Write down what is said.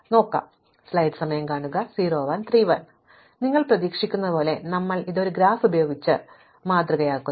അതിനാൽ നിങ്ങൾ പ്രതീക്ഷിക്കുന്നതുപോലെ ഞങ്ങൾ ഇത് ഒരു ഗ്രാഫ് ഉപയോഗിച്ച് മാതൃകയാക്കും